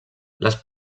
les